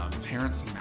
Terrence